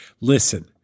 listen